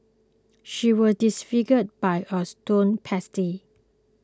she was disfigured by a stone pestle